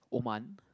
Oman